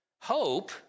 Hope